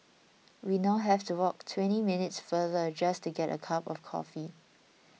we now have to walk twenty minutes farther just to get a cup of coffee